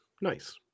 nice